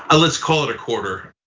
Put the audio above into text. ah let's call it a quarter,